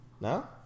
no